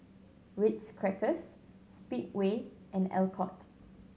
Ritz Crackers Speedway and Alcott